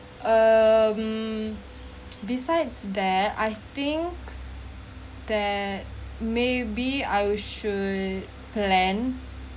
um besides there I think that maybe I should plan